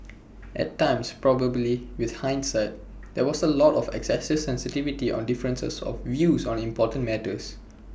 at times probably with hindsight there was A lot of excessive sensitivity on differences of views on important matters